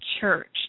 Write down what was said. church